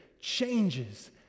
changes